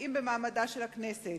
הפוגעים במעמדה של הכנסת,